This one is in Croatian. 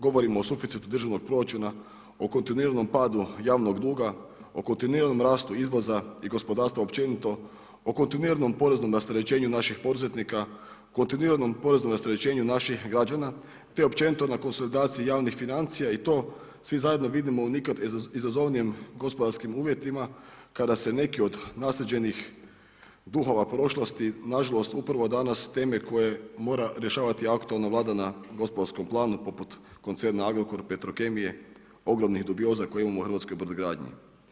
Govorimo o suficitu državnog proračuna o kontinuiranom padu javnog duga, o kontinuiranom rastu izvoza i gospodarstva općenito, o kontinuiranom poreznom rasterećenju naših poduzetnika, kontinuiranom poreznom rasterećenju naših građana te općenito na konsolidaciji javnih financija i to svi zajedno vidimo u nikad izazovnijim gospodarskim uvjetima kada se neki od naslijeđenih duhova prošlosti nažalost upravo danas teme koje mora rješavati aktualna Vlada na gospodarskom planu poput koncerna Agrokor, Petrokemije, ogromnih dubioza koje imamo u hrvatskoj brodogradnji.